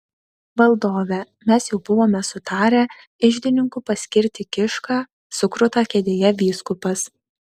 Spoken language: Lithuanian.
valdove mes jau buvome sutarę iždininku paskirti kišką sukruta kėdėje vyskupas